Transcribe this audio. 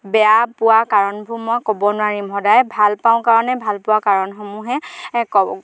বেয়া পোৱা কাৰণবোৰ মই ক'ব নোৱাৰিম সদায় ভাল পাওঁ কাৰণে ভালপোৱা কাৰণসমূহহে ক'ম